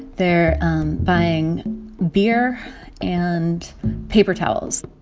they're um buying beer and paper towels.